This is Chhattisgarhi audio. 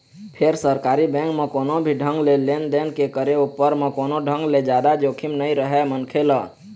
फेर सरकारी बेंक म कोनो भी ढंग ले लेन देन के करे उपर म कोनो ढंग ले जादा जोखिम नइ रहय मनखे ल